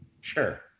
Sure